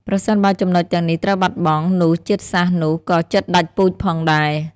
ប្រសិនបើចំណុចទាំងនេះត្រូវបាត់បង់ នោះជាតិសាសន៍នោះក៏ជិតដាច់ពូជផងដែរ។